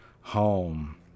home